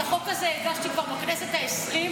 את החוק הזה הגשתי כבר בכנסת העשרים,